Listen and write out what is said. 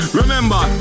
remember